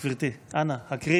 לא.